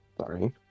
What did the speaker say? Sorry